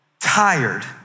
tired